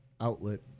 outlet